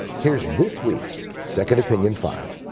here's this week's second opinion five.